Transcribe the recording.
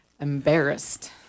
embarrassed